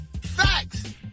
Facts